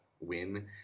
win